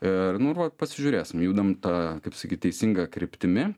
ir nu ir va pasižiūrėsim judam ta kaip sakyt teisinga kryptimi